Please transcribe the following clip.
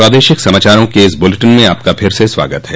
प्रादेशिक समाचारों के इस बुलेटिन में आपका फिर से स्वागत है